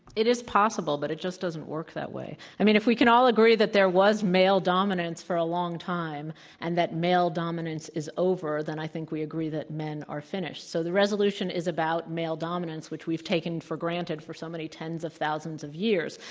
it is possible, but it just doesn't work that way. i mean, if we can all agree that there was male dominance for a long time and that male dominance is over, then i think we agree that men are finished. so the resolution is about male dominance which we've taken for granted for so many tens of thousands of years.